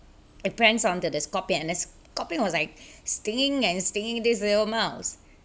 it pranks on the the scorpion and the scorpion was like stinging and stinging this little mouse